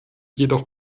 jedoch